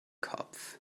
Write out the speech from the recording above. kopf